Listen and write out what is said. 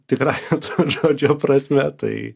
tikrąja to žodžio prasme tai